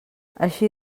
així